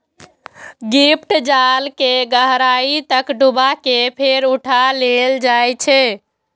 lift जाल कें गहराइ तक डुबा कें फेर उठा लेल जाइ छै